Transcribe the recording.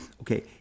okay